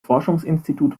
forschungsinstitut